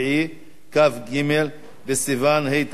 כ"ג בסיוון התשע"ב,